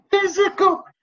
physical